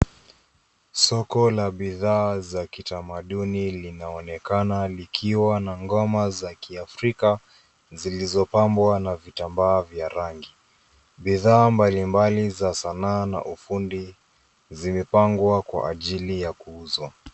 Soko la bidhaa za kitamaduni linaonekana likiwa na ngoma za kiafrika zilizopambwa na vitambaa vya rangi. Bidhaa mbalimbali za sanaa na ufundi zimepangwa kwa ajili ya kuuzwa.